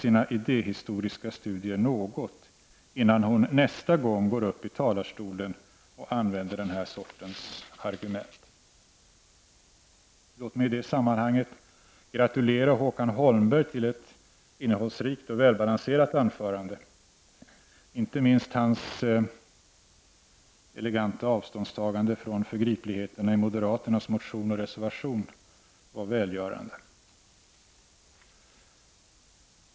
Innan Margaretha af Ugglas nästa gång går upp i talarstolen och kommer med den här sortens argument bör hon fördjupa sig något i idéhistoriska studier. Låt mig i det sammanhanget gratulera Håkan Holmberg med anledning av hans innehållsrika och välbalanserade anförande. Inte minst hans eleganta avståndstagande från förgripligheterna i moderaternas motion och reservation var välgörande.